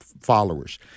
followers